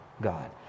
God